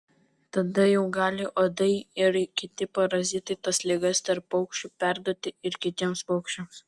tada jau gali uodai ir kiti parazitai tas ligas tarp paukščių perduoti ir kitiems paukščiams